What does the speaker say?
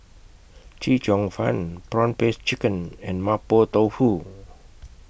Chee Cheong Fun Prawn Paste Chicken and Mapo Tofu